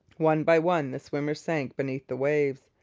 one by one the swimmers sank beneath the waves.